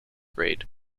grade